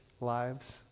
lives